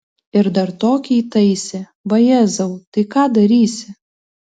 ir dar tokį įtaisė vajezau tai ką darysi